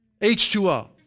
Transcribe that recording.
H2O